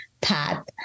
path